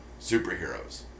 superheroes